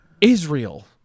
Israel